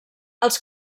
els